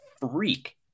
freak